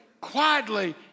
quietly